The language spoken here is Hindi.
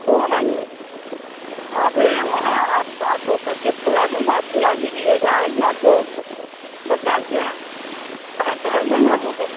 तो हम आवें वहाँ आप साथ होकर के थोड़ा घुमा फिरा दीजिएगा या तो बताइए कहाँ कहाँ जाना होगा